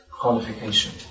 qualification